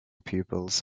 pupils